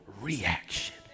reaction